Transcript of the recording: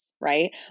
right